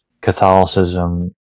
catholicism